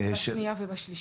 בשנייה ובשלישית.